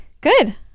Good